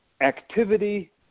activity